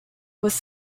was